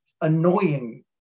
annoying